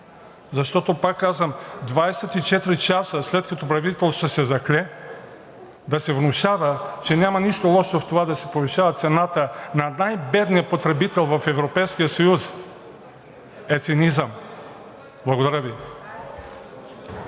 защото, пак казвам, 22 часа след като правителството се закле, да се внушава, че няма нищо лошо в това да се повишава цената на най-бедния потребител в Европейския съюз, е цинизъм. Благодаря Ви.